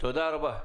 תודה רבה.